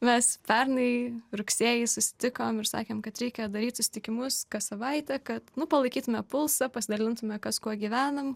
mes pernai rugsėjį susitikom ir sakėm kad reikia daryt susitikimus kas savaitę kad palaikytume pulsą pasidalintume kas kuo gyvenam